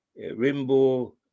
Rimbo